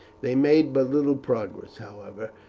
they made but little progress, however,